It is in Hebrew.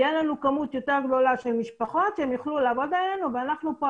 יהיה לנו מספר יותר גדול של משפחות שהם יוכלו לעבוד עליהן ואנחנו כאן,